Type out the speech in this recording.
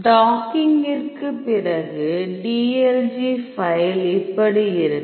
டாக்கிங்கிற்கு பிறகு dlg file இப்படி இருக்கும்